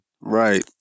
right